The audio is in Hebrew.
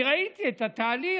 אני ראיתי את התהליך.